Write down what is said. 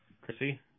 Chrissy